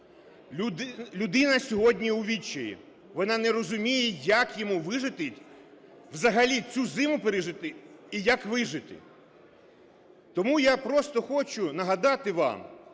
Людина сьогодні у відчаї, вона не розуміє, як їй вижити, взагалі цю зиму пережити і як вижити. Тому я просто хочу нагадати вам